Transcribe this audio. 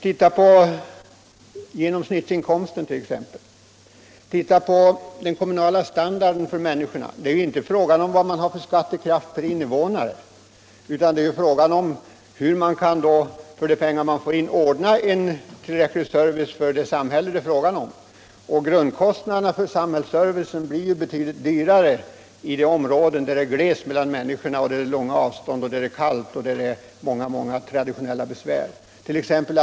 Titta på genomsnittsinkomsten t.ex., titta på den kommunala standarden för människorna! Det är ju inte fråga om vad man har för skattekraft per invånare, utan det är fråga om hur man för de pengar man får in kan ordna en tillräcklig service för sitt samhälle. Grundkostnaderna för samhällsservicen blir ju betydligt högre i de områden där det är glest mellan människorna, där det är långa avstånd, där det är kallt och där man har många traditionella besvärligheter.